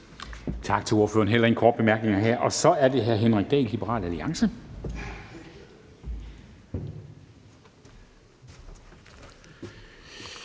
Tak til ordføreren. Der er heller ingen korte bemærkninger her. Så er det hr. Henrik Dahl, Liberal Alliance.